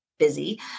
busy